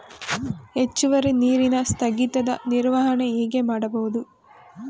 ಹೆಚ್ಚುವರಿ ನೀರಿನ ಸ್ಥಗಿತದ ನಿರ್ವಹಣೆ ಹೇಗೆ ಮಾಡಬಹುದು?